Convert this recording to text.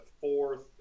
fourth